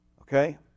Okay